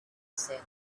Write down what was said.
said